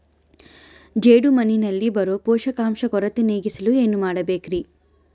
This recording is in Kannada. ಜೇಡಿಮಣ್ಣಿನಲ್ಲಿ ಬರೋ ಪೋಷಕಾಂಶ ಕೊರತೆ ನೇಗಿಸಲು ಏನು ಮಾಡಬೇಕರಿ?